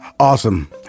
Awesome